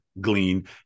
glean